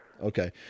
Okay